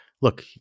Look